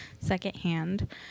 secondhand